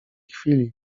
chwili